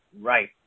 Right